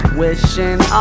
wishing